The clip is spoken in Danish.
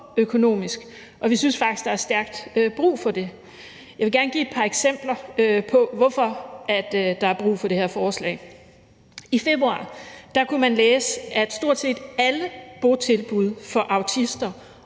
økonomisk, og vi synes faktisk, der er stærkt brug for det. Jeg vil gerne give et par eksempler på, hvorfor der er brug for det her forslag. I februar kunne man læse, at stort set alle botilbud for autister